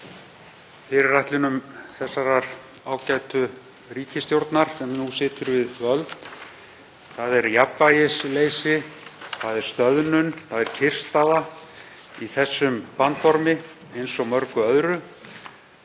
fyrirætlunum þeirrar ágætu ríkisstjórnar sem nú situr við völd. Það er jafnvægisleysi, það er stöðnun, það er kyrrstaða í þessum bandormi eins og mörgu öðru.